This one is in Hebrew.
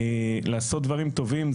לעשות דברים טובים.